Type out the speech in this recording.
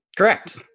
Correct